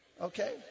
Okay